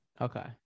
Okay